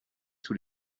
tous